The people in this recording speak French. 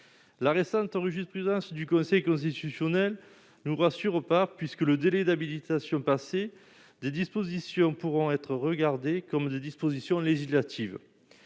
la récente enrichissent prudence du coincé constitutionnel nous rassure par puisque le délai d'habilitation passer des dispositions pourront être regardés comme des dispositions législatives,